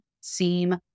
seem